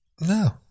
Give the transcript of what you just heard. no